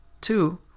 Two